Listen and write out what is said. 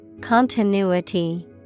Continuity